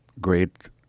great